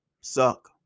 suck